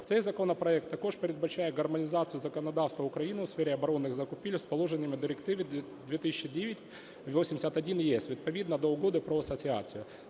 Цей законопроект також передбачає гармонізацію законодавства України у сфері оборонних закупівель з положеннями Директиви 2009/81/ЄС відповідно до Угоди про асоціацію.